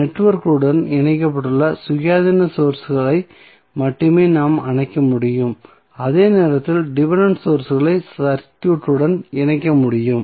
நெட்வொர்க்குடன் இணைக்கப்பட்டுள்ள சுயாதீன சோர்ஸ்களை மட்டுமே நாம் அணைக்க முடியும் அதே நேரத்தில் டிபென்டென்ட் சோர்ஸ்களை சர்க்யூட்டுடன் இணைக்க முடியும்